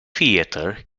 theater